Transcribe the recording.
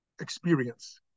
experience